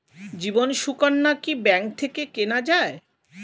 জীবন সুকন্যা কি ব্যাংক থেকে কেনা যায়?